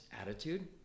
attitude